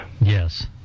Yes